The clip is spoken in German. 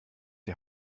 die